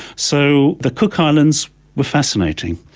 so the cook islands were fascinating.